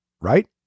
Right